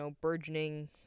burgeoning